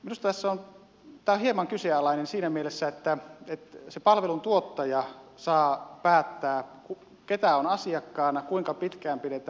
minusta tämä on hieman kyseenalaista siinä mielessä että se palvelun tuottaja saa päättää kuka on asiakkaana kuinka pitkään pidetään asiakkaana